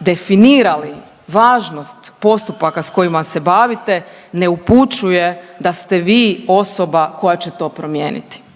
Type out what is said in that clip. definirali važnost postupaka s kojima se bavite ne upućuje da ste vi osoba koja će to promijeniti.